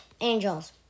Angels